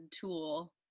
tool